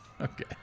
Okay